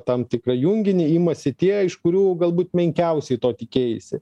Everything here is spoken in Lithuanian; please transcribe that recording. tam tikrą junginį imasi tie iš kurių galbūt menkiausiai to tikėjaisi